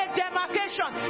demarcation